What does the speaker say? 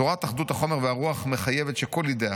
"תורת אחדות החומר והרוח מחייבת שכל אידיאה,